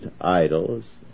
idols